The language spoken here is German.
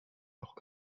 doch